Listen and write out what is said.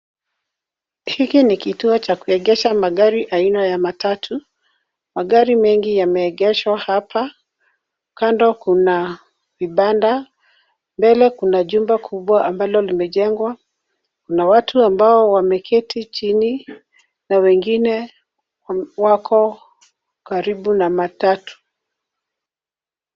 Hiki ni kituo cha kuegesha magari aina ya matatu. Magari mengi yameegeshwa hapa, kando kuna vibanda, mbele kuna jumba kubwa ambalo limejengwa, kuna watu ambao wameketi chini na wengine wako karibu na matatu.